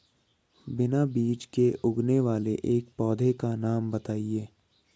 बिना बीज के उगने वाले एक पौधे का नाम बताइए